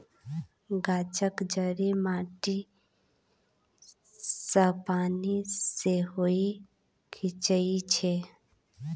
गाछक जड़ि माटी सँ पानि सेहो खीचई छै